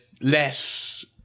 less